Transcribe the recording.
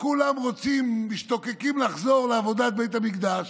כולם רוצים, משתוקקים לחזור לעבודת בית המקדש